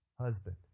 husband